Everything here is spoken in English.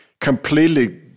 completely